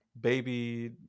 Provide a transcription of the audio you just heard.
baby